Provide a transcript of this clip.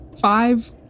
five